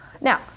now